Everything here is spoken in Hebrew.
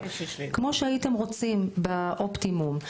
כמו שהייתם רוצים באופטימום.